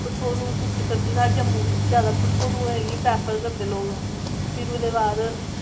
ते ओह् सुक्की सब्ज़ी साढ़े जम्मू बिच जादै कठुआ ई प्रेफर करदे लोग ते फिर ओह्दे बाद